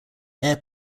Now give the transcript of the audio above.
air